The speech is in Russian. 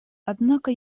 однако